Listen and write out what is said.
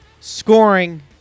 scoring